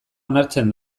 onartzen